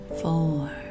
four